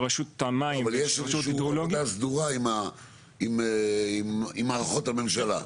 אבל יש --- שהייתה סדורה עם מערכות הממשלה.